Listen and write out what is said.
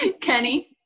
kenny